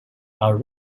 are